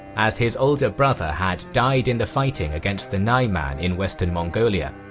as his older brother had died in the fighting against the naiman in western mongolia.